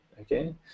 okay